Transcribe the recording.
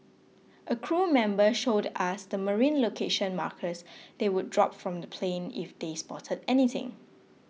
a crew member showed us the marine location markers they would drop from the plane if they spotted anything